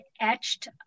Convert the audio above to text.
etched